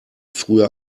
früher